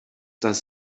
does